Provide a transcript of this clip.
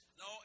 No